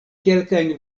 kelkajn